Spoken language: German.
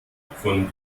von